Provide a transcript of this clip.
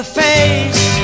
face